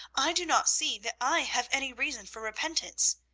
i do not see that i have any reason for repentance.